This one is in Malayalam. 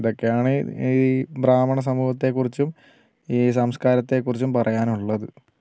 ഇതൊക്കെയാണ് ഈ ബ്രാഹ്മണ സമൂഹത്തെക്കുറിച്ചും ഈ സംസ്കാരത്തെക്കുറിച്ചും പറയാൻ ഉള്ളത്